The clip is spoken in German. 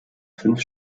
fünf